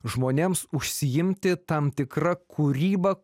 žmonėms užsiimti tam tikra kūryba